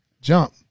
jump